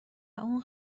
اون